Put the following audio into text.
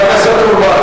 חבר הכנסת אורבך,